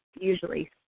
usually